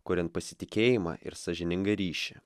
kuriant pasitikėjimą ir sąžiningą ryšį